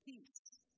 peace